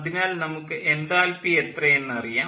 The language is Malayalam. അതിനാൽ നമുക്ക് എൻതാൽപ്പി എത്ര എന്ന് അറിയാം